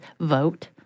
vote